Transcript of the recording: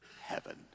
heaven